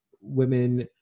women